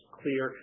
clear